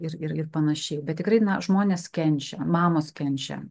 ir ir panašiai bet tikrai žmonės kenčia mamos kenčia